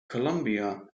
colombia